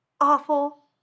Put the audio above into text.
awful